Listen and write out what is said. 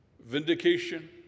Vindication